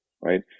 right